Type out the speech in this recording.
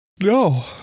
No